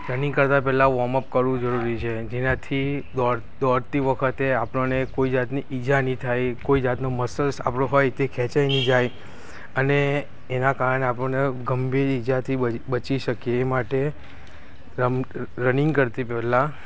running કરતાં પહેલાં warm up કરવું જરૂરી છે જેનાથી દોડતી વખતે આપણને કોઈ જાતની ઈજા ન થાય કોઈ જાતનું મસલ્સ આપણું હોય તે ખેંચાઈ ન જાય અને એના કારણે આપણને ગંભીર ઈજાથી બચી શકીએ એ માટે રનિંગ કરતી પહેલાં